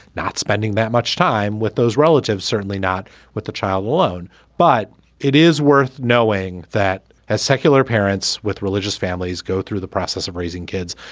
not spending that much time with those relatives, certainly not with the child alone but it is worth knowing that as secular parents with religious families go through the process of raising kids.